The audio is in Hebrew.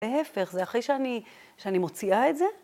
להפך, זה אחרי שאני מוציאה את זה?